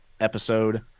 episode